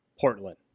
Portland